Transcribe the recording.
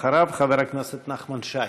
אחריו, חבר הכנסת נחמן שי.